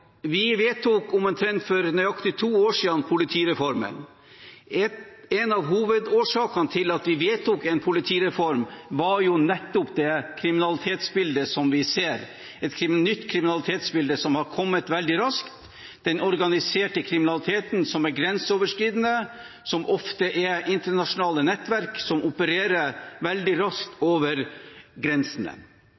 For omtrent nøyaktig to år siden vedtok vi politireformen. En av hovedårsakene til at vi vedtok en politireform, var nettopp det kriminalitetsbildet vi ser, et nytt kriminalitetsbilde som har kommet veldig raskt – den organiserte kriminaliteten som er grenseoverskridende, som ofte er internasjonale nettverk som opererer veldig raskt